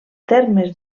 termes